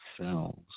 cells